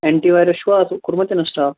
anti وایٚریس چھُوا اتھ کوٚرمُت اِنسٹال